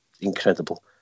incredible